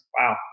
Wow